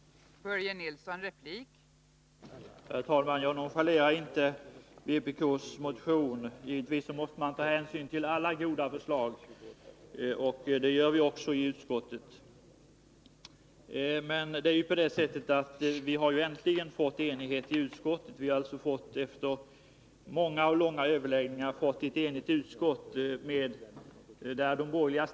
Onsdagen den